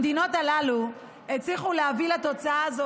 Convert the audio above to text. המדינות הללו הצליחו להביא לתוצאה הזו